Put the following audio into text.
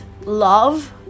love